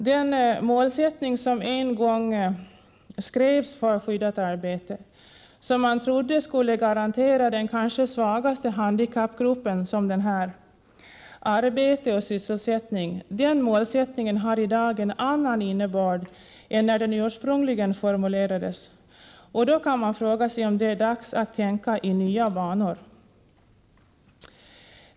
Den målsättning som en gång skrevs för skyddat arbete, som man trodde skulle garantera denna den kanske svagaste handikappgruppen arbete och sysselsättning, har i dag en annan innebörd än när den ursprungligen formulerades. Är det då inte dags att tänka i nya banor?